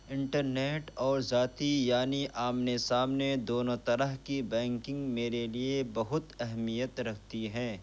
internet اور ذاتی یعنی آمنے سامنے دونوں طرح کی بینکنگ میرے لیے بہت اہمیت رکھتی ہیں